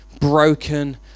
broken